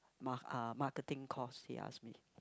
ma~ uh marketing course he asked me